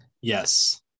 yes